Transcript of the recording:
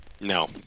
No